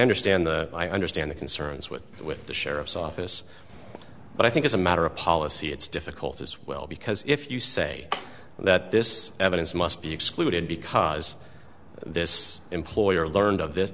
understand i understand the concerns with the with the sheriff's office but i think as a matter of policy it's difficult as well because if you say that this evidence must be excluded because this employer learned of this